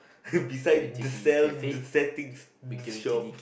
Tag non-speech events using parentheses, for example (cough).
(laughs) beside the sell the setting shop